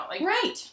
Right